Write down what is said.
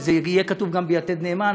אם זה יהיה כתוב גם ב"יתד נאמן",